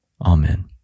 Amen